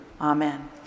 Amen